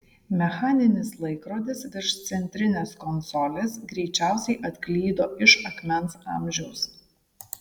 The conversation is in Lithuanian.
mechaninis laikrodis virš centrinės konsolės greičiausiai atklydo iš akmens amžiaus